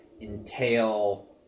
entail